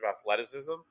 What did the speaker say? athleticism